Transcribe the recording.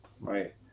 right